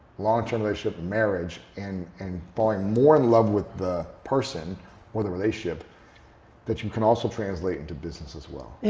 long term relationship, marriage, and and falling more in love with the person or the relationship that you can also translate into business as well?